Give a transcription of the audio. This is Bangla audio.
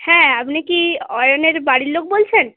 হ্যাঁ আপনি কি অয়নের বাড়ির লোক বলছেন